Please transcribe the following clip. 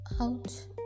out